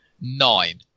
nine